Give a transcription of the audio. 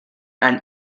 and